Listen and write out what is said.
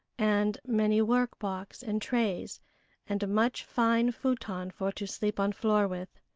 and many work-box and trays and much fine futon for to sleep on floor with.